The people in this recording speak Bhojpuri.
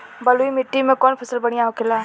बलुई मिट्टी में कौन फसल बढ़ियां होखे ला?